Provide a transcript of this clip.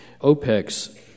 OPEC's